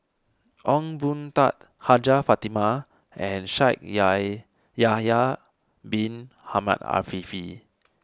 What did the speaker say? Ong Boon Tat Hajjah Fatimah and Shaikh Yahya Bin Ahmed Afifi